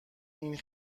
این